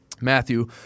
Matthew